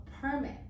permit